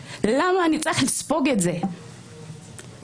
צריך להגביר את הגשת כתבי האישום במקרים הנכונים,